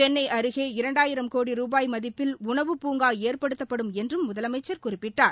சென்ளை அருகே இரண்டாயிரம் கோடி ரூபாய் மதிப்பில் உணவுப்பூங்கா ஏற்படுத்தப்படும் என்று முதலமைச்சர் குறிப்பிட்டார்